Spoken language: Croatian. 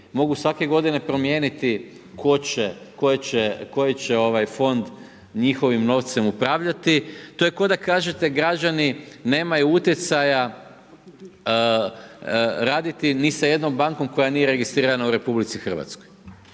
mogu svake godine promijeniti koji će fond njihovim novcem upravljati, to je kao da kažete građani nemaju utjecaja raditi ni sa jednom bankom koja nije registrirana u RH. Znači postoji